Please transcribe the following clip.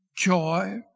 joy